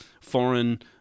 foreign